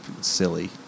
silly